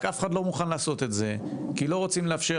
רק אף אחד לא מוכן לעשות את זה כי לא רוצים לאפשר